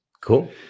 Cool